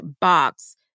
box